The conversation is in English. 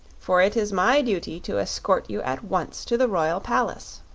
for it is my duty to escort you at once to the royal palace.